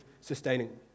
sustaining